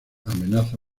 amenaza